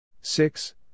Six